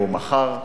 והוא מחר,